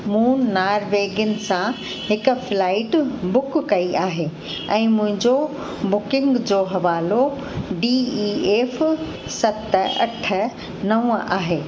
मूं नारबेगिन सां हिक फ़्लाइट बुक कई आहे ऐं मुंहिंजो बुकिंग जो हवालो डी ई एफ़ सत अठ नवं आहे